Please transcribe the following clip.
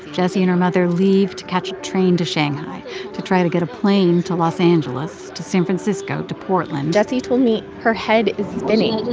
jessie and her mother leave to catch a train to shanghai to try to get a plane to los angeles to san francisco to portland jessie told me her head is spinning